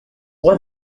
was